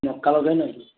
ମକା ଲଗାଇନ କି